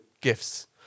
gifts